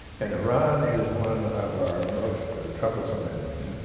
and iran is one of our most troublesome enemies.